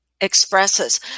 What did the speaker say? expresses